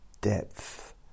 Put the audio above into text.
depth